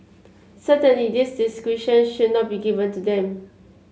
certainly this discretion should not be given to them